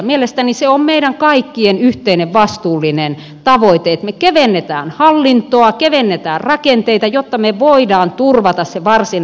mielestäni se on meidän kaikkien yhteinen vastuullinen tavoite että me kevennämme hallintoa kevennämme rakenteita jotta me voimme turvata sen varsinaisen poliisitoiminnan